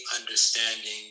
understanding